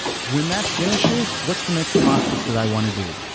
when that finishes, what's the next process that i want to do?